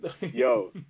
Yo